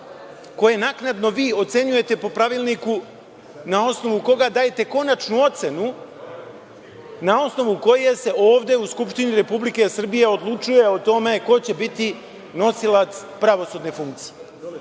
koje naknadno vi ocenjujete po pravilniku na osnovu koga dajete konačnu ocenu na osnovu koje se ovde u Skupštini Republike Srbije odlučuje o tome ko će biti nosilac pravosudne funkcije. Dakle,